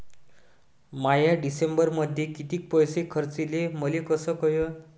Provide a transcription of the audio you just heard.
म्या डिसेंबरमध्ये कितीक पैसे खर्चले मले कस कळन?